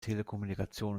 telekommunikation